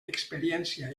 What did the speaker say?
experiència